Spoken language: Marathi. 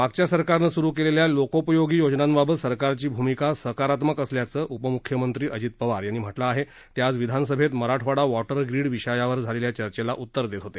मागच्या सरकारनं सुरू केलेल्या लोकोपयोगी योजनांबाबत सरकारची भूमिका सकारात्मक असल्याचं उपमुख्यमंत्री अजित पवार यांनी म्हटलं आहे ते आज विधानसभेत मराठवाडा वॉटर ग्रीड विषयावर झालेल्या चर्चेला उत्तर देत होते